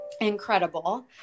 incredible